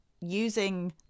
using